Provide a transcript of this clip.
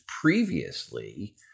previously